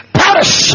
perish